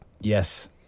Yes